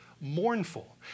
mournful